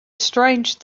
strange